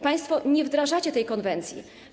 Państwo nie wdrażacie tej konwencji.